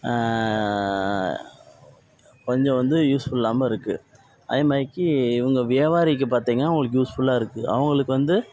கொஞ்சம் வந்து யூஸ் இல்லாமல் இருக்குது அதுமாதிரிக்கு இவங்க வியாபாரிக்கு பார்த்திங்கனா அவங்களுக்கு யூஸ்ஃபுல்லாக இருக்குது அவங்களுக்கு வந்து